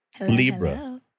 Libra